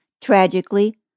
tragically